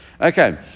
Okay